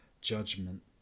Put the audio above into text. judgment